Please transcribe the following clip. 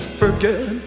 forget